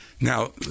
Now